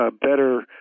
better